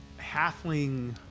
halfling